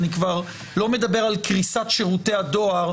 אני כבר לא מדבר על קריסת שירותי הדואר,